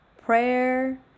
prayer